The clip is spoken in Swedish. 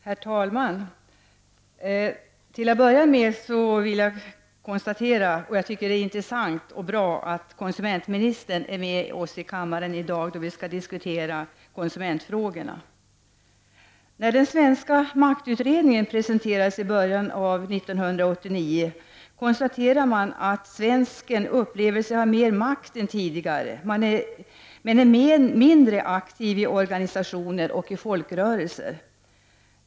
Herr talman! Till att börja med vill jag säga att det är bra att konsumentministern är med oss i kammaren i dag, då vi skall diskutera konsumentfrågorna. När den svenska marknadsutredningen presenterades i början av 1989 konstaterade man att svensken upplever sig ha mer makt än tidigare, men att han är mindre aktiv i organisationer och folkrörelser.